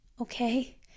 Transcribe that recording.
okay